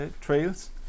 trails